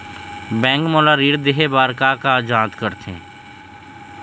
Bank मोला ऋण देहे बार का का जांच करथे?